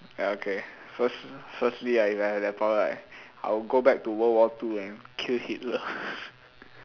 ya okay first firstly I if I have that power right I will go back to world war two and kill Hitler